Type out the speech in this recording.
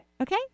Okay